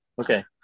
Okay